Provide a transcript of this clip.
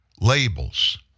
labels